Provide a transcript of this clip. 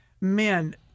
man